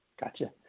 gotcha